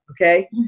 okay